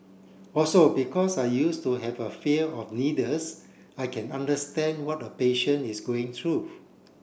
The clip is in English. also because I used to have a fear of needles I can understand what a patient is going through